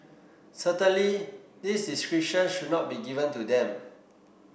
certainly this discretion should not be given to them